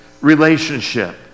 relationship